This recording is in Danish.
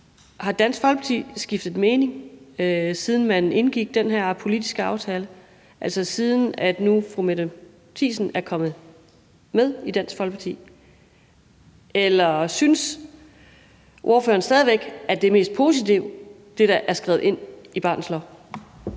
Har Dansk Folkeparti skiftet mening, siden man indgik den politiske aftale, og siden fru Mette Thiesen kom med i Dansk Folkeparti, eller synes ordføreren stadig væk, at det, der er skrevet ind i barnets lov,